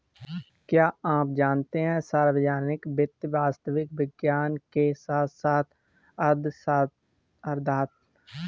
क्या आप जानते है सार्वजनिक वित्त वास्तविक विज्ञान के साथ साथ आदर्शात्मक विज्ञान भी है?